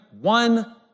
one